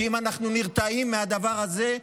כי אם אנחנו נרתעים מהדבר הזה,